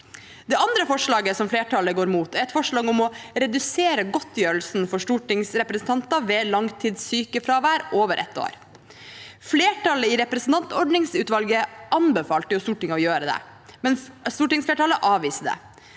Det andre forslaget som flertallet går imot, er et forslag om å redusere godtgjørelsen for stortingsrepresentanter ved langtidssykefravær over ett år. Flertallet i representantordningsutvalget anbefalte Stortinget å gjøre det, mens stortingsflertallet avviser det.